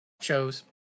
shows